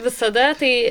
visada tai